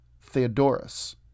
Theodorus